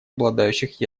обладающих